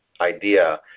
idea